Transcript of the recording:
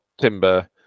timber